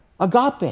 Agape